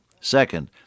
Second